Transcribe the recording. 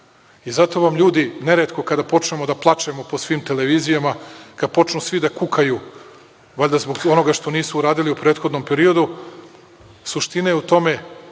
u region. Zato, ljudi, neretko kada počnemo da plačemo po svim televizijama, kada počnu svi da kukaju, valjda zbog onoga što nisu uradili u prethodnom periodu, suština je u tome